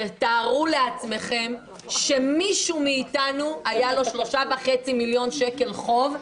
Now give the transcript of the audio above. תתארו לעצמכם שמישהו מאיתנו היה לו 3.5 מיליון שקל חוב,